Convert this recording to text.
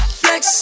flex